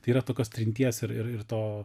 tai yra tokios trinties ir ir ir to